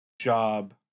job